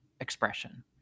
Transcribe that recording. expression